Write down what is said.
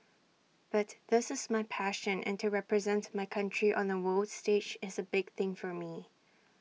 but this is my passion and to represent my country on A world stage is A big thing for me